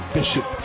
Bishop